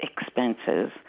expenses